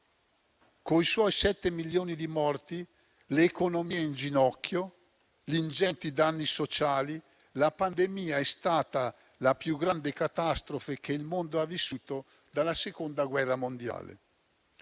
con i suoi sette milioni di morti, l'economia in ginocchio, gli ingenti danni sociali, la pandemia è stata la più grande catastrofe che il mondo ha vissuto dalla Seconda guerra mondiale.